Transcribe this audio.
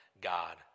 God